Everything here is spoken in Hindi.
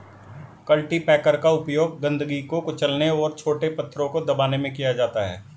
कल्टीपैकर का उपयोग गंदगी को कुचलने और छोटे पत्थरों को दबाने में किया जाता है